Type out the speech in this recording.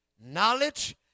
knowledge